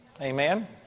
Amen